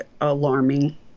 alarming